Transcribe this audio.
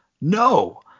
No